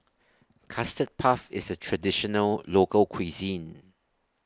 Custard Puff IS A Traditional Local Cuisine